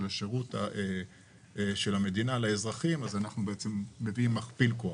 השירות של המדינה לאזרחים אנחנו מביאים מכפיל כוח.